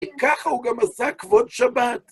ככה הוא גם עשה כבוד שבת.